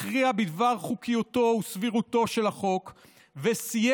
הכריע בדבר חוקיותו וסבירותו של החוק וסיים